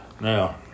Now